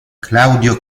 claudio